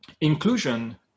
Inclusion